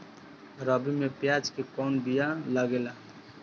रबी में प्याज के कौन बीया लागेला?